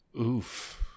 oof